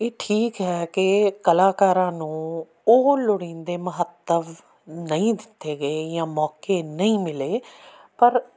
ਇਹ ਠੀਕ ਹੈ ਕਿ ਕਲਾਕਾਰਾਂ ਨੂੰ ਉਹ ਲੋੜੀਂਦੇ ਮਹੱਤਵ ਨਹੀਂ ਦਿੱਤੇ ਗਏ ਜਾਂ ਮੌਕੇ ਨਹੀਂ ਮਿਲੇ ਪਰ